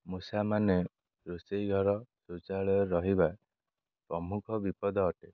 ମୂଷାମାନେ ରୋଷେଇ ଘର ଶୌଚାଳୟ ରହିବା ପ୍ରମୁଖ ବିପଦ ଅଟେ